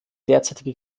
derzeitige